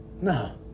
No